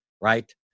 right